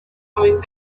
coming